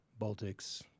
Baltics